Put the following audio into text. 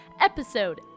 Episode